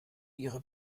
ihre